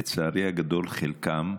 לצערי הגדול, חלקם,